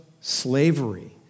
slavery